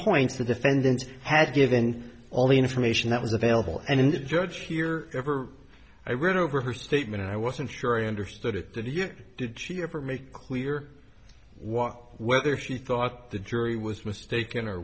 points the defendant had given all the information that was available and judge here ever i read over her statement and i wasn't sure i understood it did you did she ever make clear what whether she thought the jury was mistaken or